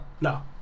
No